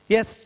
Yes